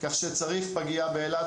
כך שצריך פגייה באילת.